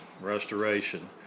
restoration